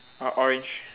o~ orange